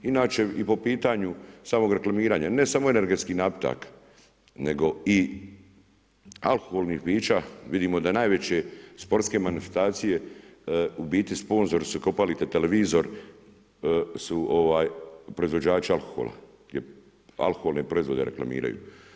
Inače i po pitanju samog reklamiranja ne samo energetskih napitaka nego i alkoholnih pića, vidimo da najveće sportske manifestacije u biti sponzori su, ako upalite televizor su proizvođači alkohola jer alkoholne proizvode reklamiraju.